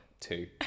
two